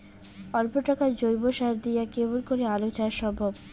অল্প টাকার জৈব সার দিয়া কেমন করি আলু চাষ সম্ভব?